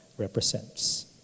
Represents